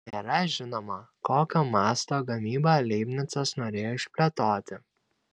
nėra žinoma kokio masto gamybą leibnicas norėjo išplėtoti